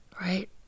Right